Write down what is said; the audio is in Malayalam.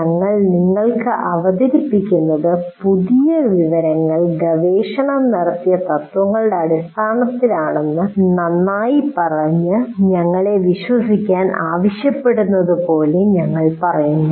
ഞങ്ങൾ നിങ്ങൾക്ക് അവതരിപ്പിക്കുന്നത് പുതിയ വിവരങ്ങൾ ഗവേഷണം നടത്തിയ തത്ത്വങ്ങളുടെ അടിസ്ഥാനത്തിലാണെന്ന് നന്നായി പറഞ്ഞ് ഞങ്ങളെ വിശ്വസിക്കാൻ ആവശ്യപ്പെടുന്നതുപോലെ ഞങ്ങൾ പറയുന്നു